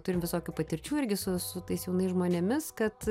turim visokių patirčių irgi su su tais jaunais žmonėmis kad